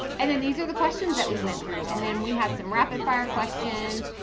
and then these are the questions that we went through. and then we had some rapid fire questions.